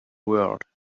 world